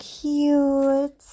cute